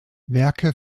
werke